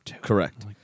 Correct